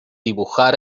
dibujar